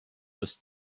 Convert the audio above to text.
dass